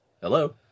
Hello